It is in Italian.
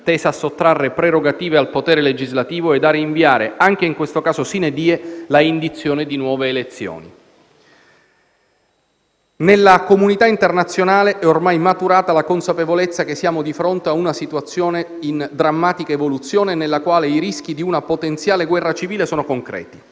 tesa a sottrarre prerogative al potere legislativo e a rinviare - anche in questo caso *sine die* - la indizione di nuove elezioni. Nella comunità internazionale è ormai maturata la consapevolezza che siamo di fronte a una situazione in drammatica evoluzione, nella quale i rischi di una potenziale guerra civile sono concreti.